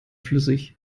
flüssig